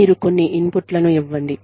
మీరు కొన్ని ఇన్పుట్లను ఇవ్వండి